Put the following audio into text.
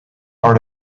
art